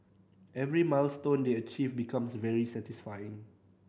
every milestone they achieve becomes very satisfying